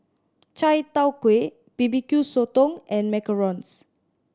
chai tow kway B B Q Sotong and macarons